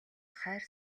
хайр